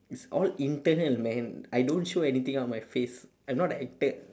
it's all internal man I don't show anything on my face I am not an actor